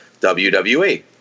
WWE